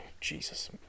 Jesus